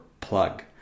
plug